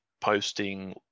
posting